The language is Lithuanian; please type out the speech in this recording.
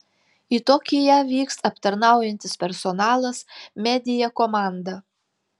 į tokiją vyks aptarnaujantis personalas media komanda